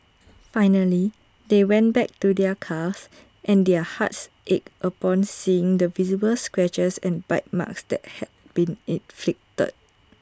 finally they went back to their cars and their hearts ached upon seeing the visible scratches and bite marks that had been inflicted